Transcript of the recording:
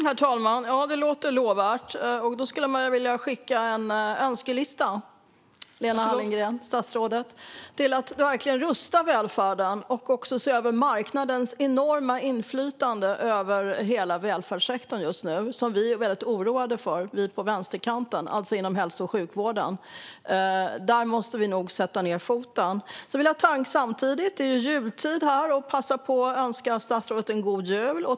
Herr talman! Det låter lovvärt. Man skulle vilja skicka en önskelista, statsrådet Lena Hallengren, för att verkligen rusta välfärden och också se över marknadens enorma inflytande över hela välfärdssektorn just nu som vi på vänsterkanten är väldigt oroade för. Det gäller alltså hälso och sjukvården. Där måste vi nog sätta ned foten. Jag vill samtidigt - det är ju jultid här - passa på att önska statsrådet en god jul.